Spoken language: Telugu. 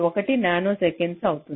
1 నానోసెకన్లు అవుతుంది